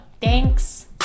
thanks